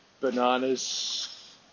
bananas